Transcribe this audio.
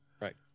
Right